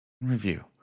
review